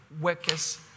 workers